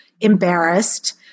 embarrassed